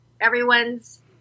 Everyone's